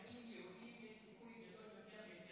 באוקראינה לעיתונאי יהודי יש סיכוי גדול יותר,